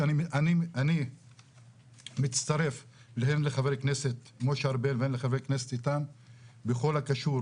שאני מצטרף הן לחבר הכנסת משה ארבל והן לחבר הכנסת איתן בכל הקשור